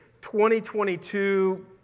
2022